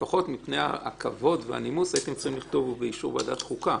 לפחות מפני הכבוד והנימוס הייתם צריכים לכתוב "באישור ועדת חוקה".